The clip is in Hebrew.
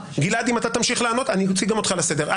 גלעד, אם אתה תמשיך לענות, אני אקרא גם אותך לסדר.